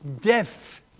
deaf